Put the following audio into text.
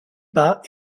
pas